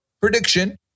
prediction